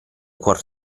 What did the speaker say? cuor